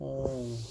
oh